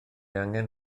angen